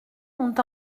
ont